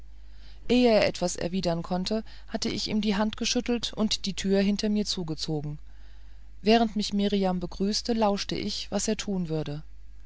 etwas erwidern konnte hatte ich ihm die hand geschüttelt und die tür hinter mir zugezogen während mich mirjam begrüßte lauschte ich was er tun würde